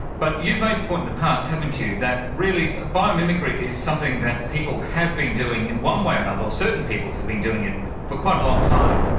but you've made the point in the past, haven't you, that really biomimicry is something that people have been doing in one way or another, or certain peoples have been doing it, for quite a long time.